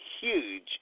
huge